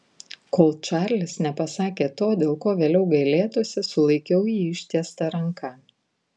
kol čarlis nepasakė to dėl ko vėliau gailėtųsi sulaikiau jį ištiesta ranka